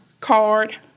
card